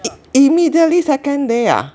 im~ immediately second day ah